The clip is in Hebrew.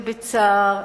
ובצער,